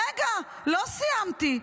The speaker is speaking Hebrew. רגע, לא סיימתי.